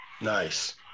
nice